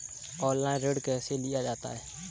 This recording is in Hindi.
ऑनलाइन ऋण कैसे लिया जाता है?